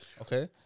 Okay